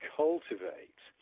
cultivate